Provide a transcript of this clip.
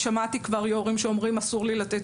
אני שמעתי כבר יו"רים שאומרים: אסור לי לתת